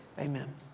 Amen